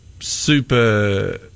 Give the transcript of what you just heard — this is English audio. super